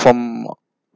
from